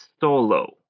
solo